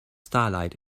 starlight